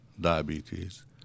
diabetes